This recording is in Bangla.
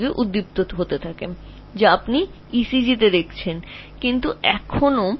বৈদ্যুতিক ক্রিয়াকলাপ যা তুমি EG র উপর নিয়েছ এবং কীভাবে বাস্তবে তা চালিয়ে যাচ্ছে